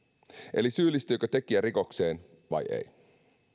eli syyllistyykö tekijä rikokseen vai ei